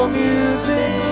music